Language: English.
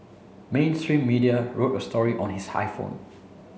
mainstream media wrote a story on his iPhone